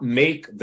make